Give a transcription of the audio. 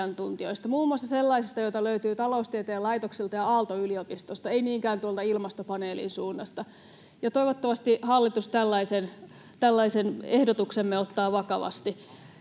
muun muassa sellaisista, joita löytyy taloustieteen laitokselta ja Aalto-yliopistosta, ei niinkään tuolta ilmastopaneelin suunnasta. Toivottavasti hallitus tällaisen ehdotuksemme ottaa vakavasti.